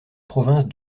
province